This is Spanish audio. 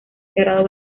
cerrado